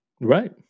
Right